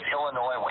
Illinois